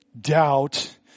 doubt